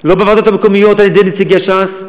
לא בוועדות המקומיות על-ידי נציגי ש"ס,